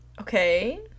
Okay